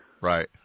Right